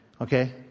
Okay